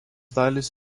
dalys